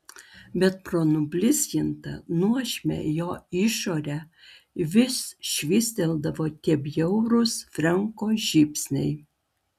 bet pro nublizgintą nuožmią jo išorę vis švystelėdavo tie bjaurūs frenko žybsniai